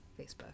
Facebook